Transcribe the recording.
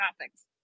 topics